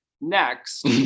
next